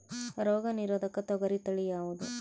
ರೋಗ ನಿರೋಧಕ ತೊಗರಿ ತಳಿ ಯಾವುದು?